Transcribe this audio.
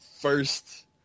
first